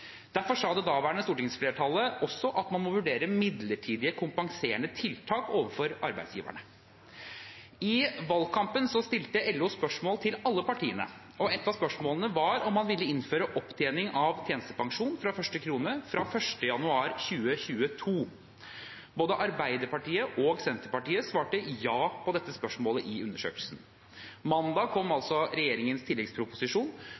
Derfor sa det daværende stortingsflertallet også at man må vurdere midlertidige, kompenserende tiltak overfor arbeidsgiverne. I valgkampen stilte LO spørsmål til alle partiene. Et av spørsmålene var om man ville innføre opptjening av tjenestepensjon fra første krone fra 1. januar 2022. Både Arbeiderpartiet og Senterpartiet svarte ja på dette spørsmålet i undersøkelsen. Mandag kom altså regjeringens tilleggsproposisjon,